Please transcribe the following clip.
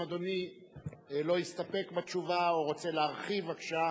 אם אדוני לא הסתפק בתשובה, או רוצה להרחיב, בבקשה.